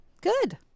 Good